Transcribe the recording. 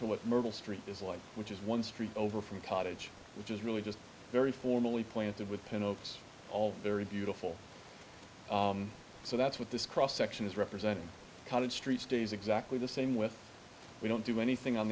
to what myrtle street is like which is one street over from cottage which is really just very formally planted with ten oaks all very beautiful so that's what this cross section is representing kind of street stays exactly the same with we don't do anything on